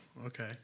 Okay